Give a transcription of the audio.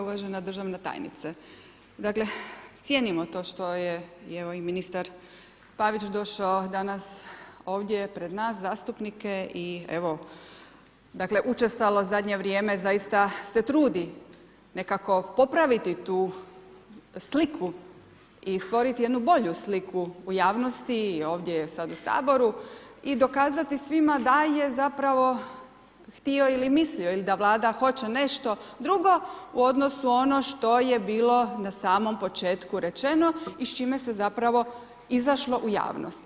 Uvažena državna tajnice, dakle cijenimo to što je i evo i ministar Pavić došao danas ovdje pred nas zastupnike i evo dakle učestalo u zadnje vrijeme zaista se trudi nekako popraviti tu sliku i stvoriti jednu bolju sliku u javnosti i ovdje sada u Saboru i dokazati sada svima da je zapravo htio ili mislio ili da Vlada hoće nešto drugo u odnosu na ono što je bilo na samom početku rečeno i s čime se zapravo izašlo u javnost.